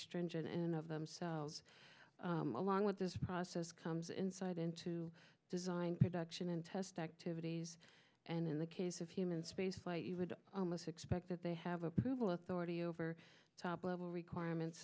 stringent in and of themselves along with this process comes insight into design production and test activities and in the case of human spaceflight you would almost expect that they have approval authority over top level requirements